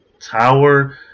Tower